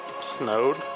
snowed